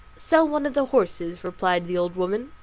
sell one of the horses, replied the old woman.